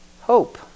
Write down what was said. hope